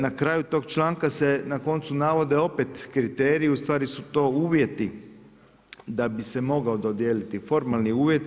Na kraju tog članka se na koncu navode opet kriteriji, u stvari su to uvjeti da bi se mogao dodijeliti formalni uvjeti.